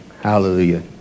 Hallelujah